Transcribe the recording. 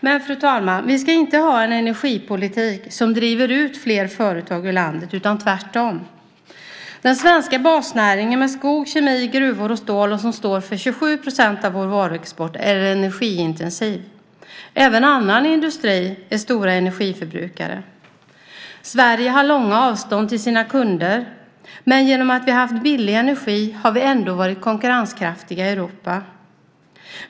Men, fru talman, vi ska inte ha en energipolitik som driver ut fler företag ur landet, utan tvärtom. Den svenska basnäringen med skog, kemi, gruvor och stål, som står för 27 % av vår varuexport, är energiintensiv. Även annan industri är en stor energiförbrukare. Sverige har långa avstånd till sina kunder, men genom att vi har haft billig energi har vi ändå varit konkurrenskraftiga i Europa.